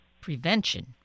Prevention